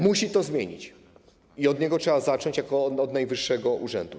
Musi to zmienić i od niego trzeba zacząć jako od najwyższego urzędu.